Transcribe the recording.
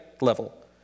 level